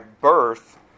birth